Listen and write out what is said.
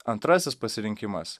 antrasis pasirinkimas